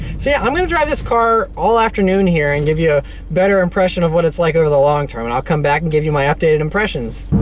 so, yeah! i'm going to drive this car all afternoon, here, and give you a better impression of what it's like over the long-term, and i'll come back and give you my updated impressions.